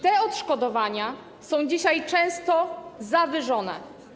Te odszkodowania są dzisiaj często zawyżone.